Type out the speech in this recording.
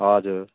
हजुर